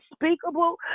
unspeakable